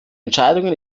entscheidungen